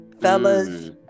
fellas